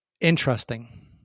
interesting